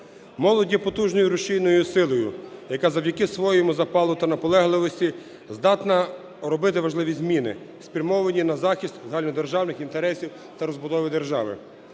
Молодь є потужною рушійною силою, яка завдяки своєму запалу та наполегливості здатна робити важливі зміни, спрямовані на захист загальнодержавних інтересів та розбудови держави.